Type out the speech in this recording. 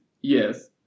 yes